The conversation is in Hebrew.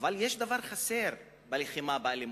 אבל משהו חסר בלחימה באלימות,